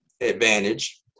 advantage